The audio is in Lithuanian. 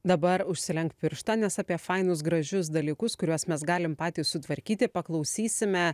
dabar užsilenk pirštą nes apie fainus gražius dalykus kuriuos mes galim patys sutvarkyti paklausysime